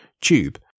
tube